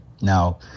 Now